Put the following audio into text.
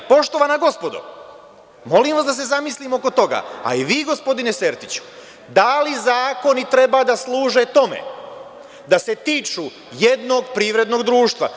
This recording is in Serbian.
Poštovana gospodo, molim vas da se zamislimo oko toga, a i vi gospodine Sertiću - da li zakoni treba da služe tome da se tiču jednog privrednog društva?